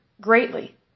Greatly